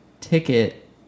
ticket